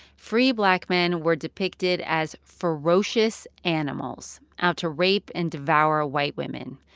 free black men were depicted as ferocious animals out to rape and devour white women.